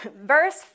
Verse